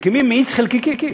מקימים מאיץ חלקיקים.